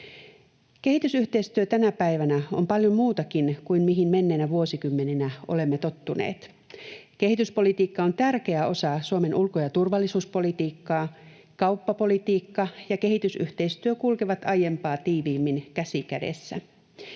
Kehitysyhteistyö tänä päivänä on paljon muutakin kuin mihin menneinä vuosikymmeninä olemme tottuneet. Kehityspolitiikka on tärkeä osa Suomen ulko- ja turvallisuuspolitiikkaa. Kauppapolitiikka ja kehitysyhteistyö kulkevat aiempaa tiiviimmin käsi kädessä.